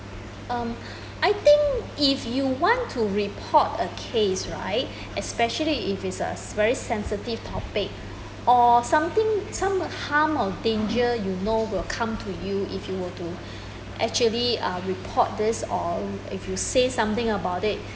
um I think if you want to report a case right especially if it is a very sensitive topic or something some harm or danger you know will come to you if you were to actually report this or you say something about it